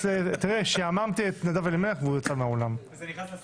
יש הרבה מאוד נושאים חשובים על סדר יומה של הכנסת,